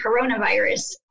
coronavirus